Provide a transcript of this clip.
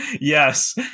Yes